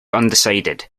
undecided